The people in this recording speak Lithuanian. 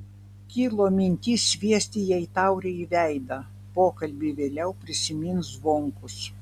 kilo mintis sviesti jai taurę į veidą pokalbį vėliau prisimins zvonkus